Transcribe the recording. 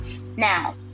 Now